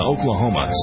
Oklahoma